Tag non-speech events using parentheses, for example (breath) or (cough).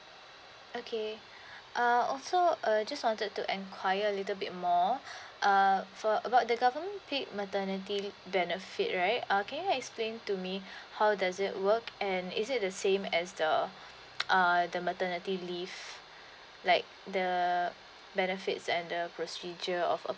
okay (breath) err also uh just wanted to enquire a little bit more (breath) uh for about the government paid maternity benefit right uh can you explain to me (breath) how does it work and is it the same as the uh maternity leave like the benefits and the procedure of